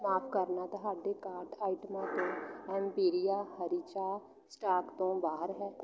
ਮਾਫ਼ ਕਰਨਾ ਤੁਹਾਡੇ ਕਾਰਟ ਆਈਟਮਾਂ ਤੋਂ ਐਮਪੀਰੀਆ ਹਰੀ ਚਾਹ ਸਟਾਕ ਤੋਂ ਬਾਹਰ ਹੈ